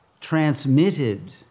transmitted